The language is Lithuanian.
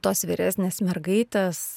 tos vyresnės mergaitės